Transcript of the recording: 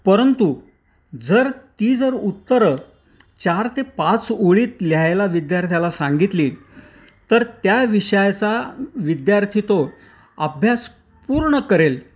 परंतु जर ती जर उत्तरं चार ते पाच ओळीत लिहायला विद्यार्थ्याला सांगितली तर त्या विषयाचा विद्यार्थी तो अभ्यास पूर्ण करेल